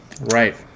Right